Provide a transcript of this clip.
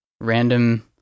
random